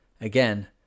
Again